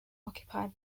occupied